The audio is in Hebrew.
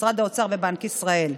משרד האוצר ובנק ישראל.